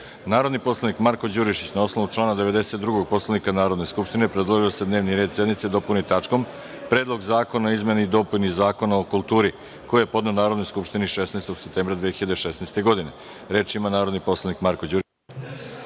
predlog. Narodni poslanik Marko Đurišić, na osnovu člana 92. Poslovnika Narodne skupštine, predložio je da se dnevni red sednice dopuni tačkom – Predlog zakona o izmeni i dopuni Zakona o kulturi, koji je podneo Narodnoj skupštini 16. septembra 2016. godine. Reč ima narodni poslanik Marko Đurišić.